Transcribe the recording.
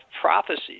prophecies